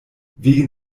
wegen